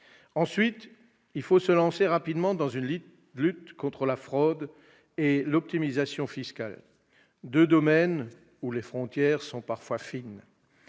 part, il faut se lancer rapidement dans une lutte contre la fraude et l'optimisation fiscales, deux domaines où les frontières sont parfois fines.